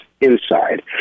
inside